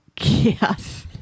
Yes